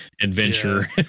adventure